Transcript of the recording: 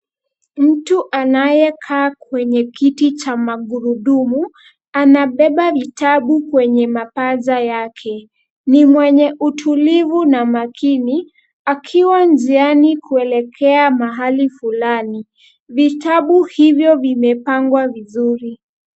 Mtu anayekaa kwenye kiti cha magurudumu, anabeba vitabu kwenye mapaja yake. Ni mwenye utulivu na makini, akiwa njiani kuelekea mahali fulani. Vitabu hivyo vimepangwa vizuri.